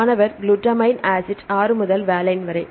மாணவர் வரை